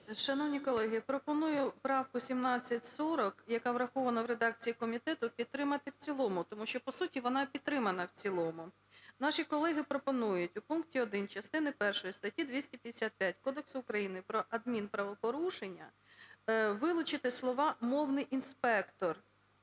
Шановні колеги, пропоную правку 1740, яка врахована в редакції комітету, підтримати в цілому, тому що, по суті, вона підтримана в цілому. Наші колеги пропонують у пункті 1 частини першої статті 255 Кодексу України про адмінправопорушення вилучити слова "мовний інспектор"